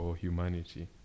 Humanity